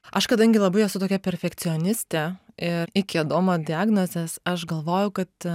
aš kadangi labai esu tokia perfekcionistė ir iki adomo diagnozės aš galvojau kad